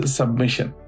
submission